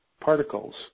particles